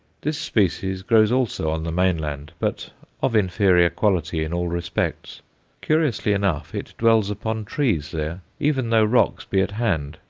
this species grows also on the mainland, but of inferior quality in all respects curiously enough it dwells upon trees there, even though rocks be at hand,